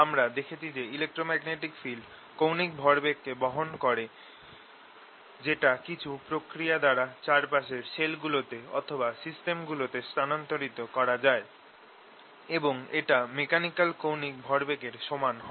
আমরা দেখেছি যে ইলেক্ট্রোম্যাগনেটিক ফিল্ড কৌণিক ভরবেগকে বহন করে যেটা কিছু প্রক্রিয়া দ্বারা চারপাশের শেলগুলোতে অথবা সিষ্টেমগুলোতে স্থানান্তরিত করা যায় এবং এটা মেকানিকাল কৌণিক ভরবেগের সমান হয়